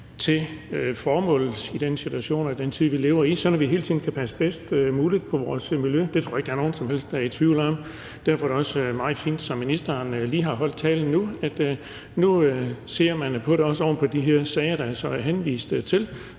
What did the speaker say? til formålet, til den situation og den tid, vi lever i, sådan at vi hele tiden kan passe bedst muligt på vores miljø. Det tror jeg ikke der er nogen som helst i tvivl om. Derfor er det også meget fint, som ministeren lige har sagt i sin tale nu, nemlig at nu ser man på det, også oven på de her sager, som der er henvist til,